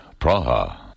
Praha